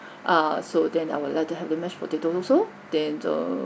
err so then I would like to have the mashed potatoes also then a